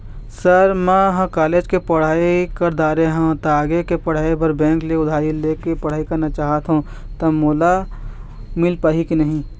Sir म ह college के पढ़ाई कर दारें हों ता आगे के पढ़ाई बर बैंक ले उधारी ले के पढ़ाई करना चाहत हों ता मोला मील पाही की नहीं?